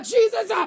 Jesus